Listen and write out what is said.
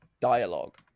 dialogue